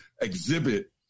exhibit